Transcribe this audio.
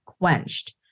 quenched